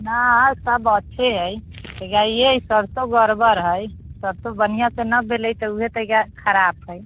नहि सब अच्छे हइ सरिसो गड़बड़ नहि सरिसो बढ़िआँसँ नहि भेलै तऽ उहे कनिके खराब हइ